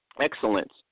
excellence